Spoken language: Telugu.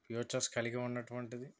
ఫ్యూచర్స్ కలిగి ఉన్నటువంటిది